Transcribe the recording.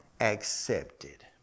accepted